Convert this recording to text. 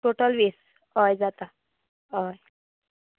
total वीस हय जाता हय